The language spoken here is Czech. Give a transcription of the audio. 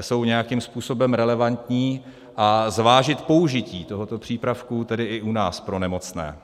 jsou nějakým způsobem relevantní, a zvážit použití tohoto přípravku tedy i u nás pro nemocné,